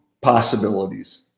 possibilities